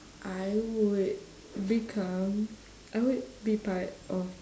I would become I would be part of